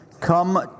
come